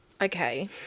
Okay